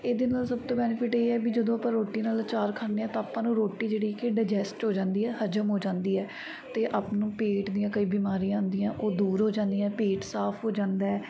ਇਹਦੇ ਨਾਲ ਸਭ ਤੋਂ ਬੈਨੀਫਿੱਟ ਇਹ ਹੈ ਵੀ ਜਦੋਂ ਆਪਾਂ ਰੋਟੀ ਨਾਲ ਅਚਾਰ ਖਾਂਦੇ ਹਾਂ ਤਾਂ ਆਪਾਂ ਨੂੰ ਰੋਟੀ ਜਿਹੜੀ ਕਿ ਡੀਜੈਸਟ ਹੋ ਜਾਂਦੀ ਹੈ ਹਜ਼ਮ ਹੋ ਜਾਂਦੀ ਹੈ ਅਤੇ ਆਪਾਂ ਨੂੰ ਪੇਟ ਦੀਆਂ ਕਈ ਬਿਮਾਰੀਆਂ ਆਉਂਦੀਆਂ ਉਹ ਦੂਰ ਹੋ ਜਾਂਦੀਆਂ ਪੇਟ ਸਾਫ਼ ਹੋ ਜਾਂਦਾ